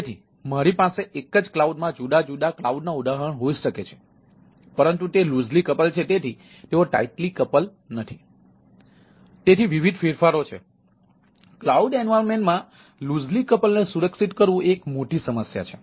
તેથી મારી પાસે એક જ કલાઉડ માં જુદા જુદા કલાઉડ ના ઉદાહરણો હોઈ શકે છે પરંતુ તે લૂસલી કપલ છે